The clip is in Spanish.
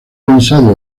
pensado